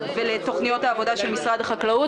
ולתוכניות העבודה של משרד החקלאות,